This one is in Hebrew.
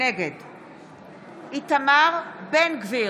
נגד איתמר בן גביר,